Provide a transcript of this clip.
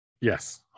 yes